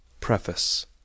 Preface